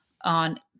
on